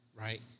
Right